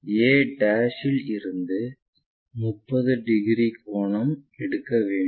a இல் இருந்து 30 degree கோணம் எடுக்கவேண்டும்